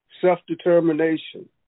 self-determination